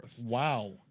Wow